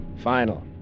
Final